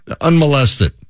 Unmolested